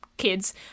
kids